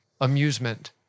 amusement